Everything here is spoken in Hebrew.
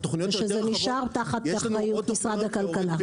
שזה נשאר תחת אחריות משרד הכלכלה.